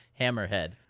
Hammerhead